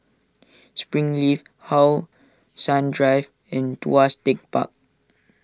Springleaf How Sun Drive and Tuas Tech Park